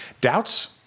doubts